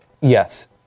Yes